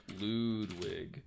Ludwig